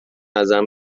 ازم